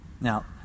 Now